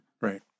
right